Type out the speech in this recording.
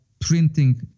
printing